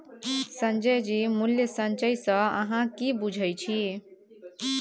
संजय जी मूल्य संचय सँ अहाँ की बुझैत छी?